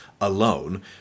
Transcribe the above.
alone